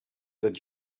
that